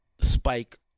Spike